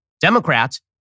Democrats